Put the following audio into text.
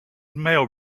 male